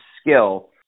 skill